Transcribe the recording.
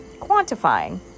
quantifying